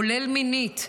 כולל מינית,